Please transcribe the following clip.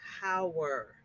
power